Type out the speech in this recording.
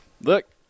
look